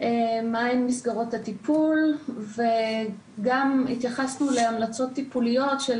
מה הן מסגרות הטיפול וגם התייחסנו להמלצות טיפוליות של